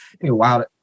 Wow